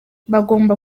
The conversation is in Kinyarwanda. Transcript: bagomba